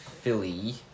Philly